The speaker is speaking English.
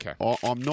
Okay